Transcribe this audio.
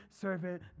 servant